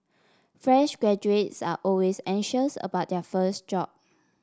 fresh graduates are always anxious about their first job